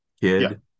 kid